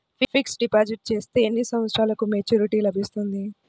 Fixed deposit చేస్తే ఎన్ని సంవత్సరంకు మెచూరిటీ లభిస్తుంది?